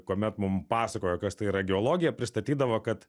kuomet mum pasakojo kas tai geologija pristatydavo kad